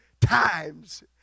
times